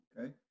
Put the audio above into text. Okay